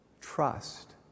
trust